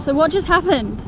so ah just happened?